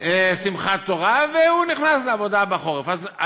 מה שאני עונה לך.